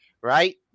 right